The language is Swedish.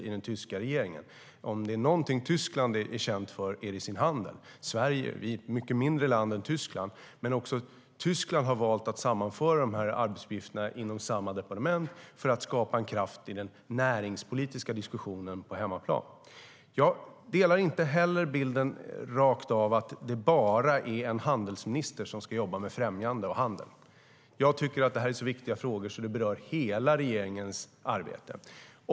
Om det är någonting som Tyskland är känt för är det sin handel. Sverige är ett mycket mindre land än Tyskland, men även Tyskland har valt att sammanföra de arbetsuppgifterna inom samma departement för att skapa en kraft i den näringspolitiska diskussionen på hemmaplan. Jag delar inte rakt av bilden att det bara är en handelsminister som ska jobba med främjande av handel. Frågorna är så viktiga att de berör hela regeringens arbete.